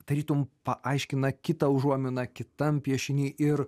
tarytum paaiškina kitą užuominą kitam piešiny ir